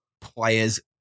players